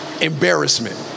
Embarrassment